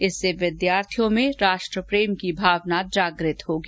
इससे विधार्थियों में राष्ट्रप्रेम की भावना जागृत होगी